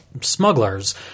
smugglers